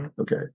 Okay